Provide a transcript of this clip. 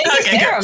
Okay